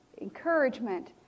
encouragement